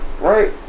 right